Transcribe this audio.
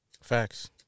Facts